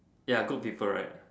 ya good people right